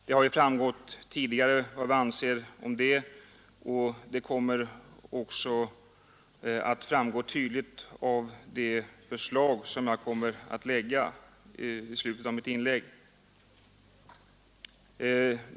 Det har ju framgått tidigare vad vi anser om den, och det kommer också att framgå tydligt av det förslag som jag kommer att ställa i slutet av mitt inlägg.